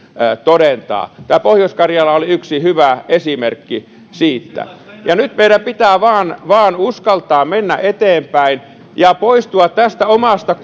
todentaa pohjois karjala oli yksi hyvä esimerkki siitä ja nyt meidän pitää vain uskaltaa mennä eteenpäin ja poistua tästä omasta